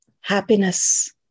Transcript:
happiness